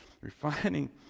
Refining